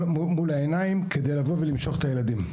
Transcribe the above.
העיניים כדי לבוא ולמשוך את הילדים.